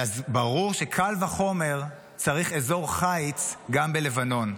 אז ברור שקל וחומר צריך אזור חיץ גם בלבנון.